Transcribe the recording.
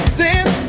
dance